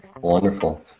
wonderful